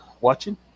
watching